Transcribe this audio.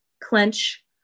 Clench